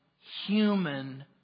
human